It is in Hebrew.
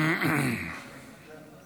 בתיאום עם ראשי ערים, כן.